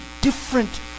different